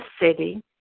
city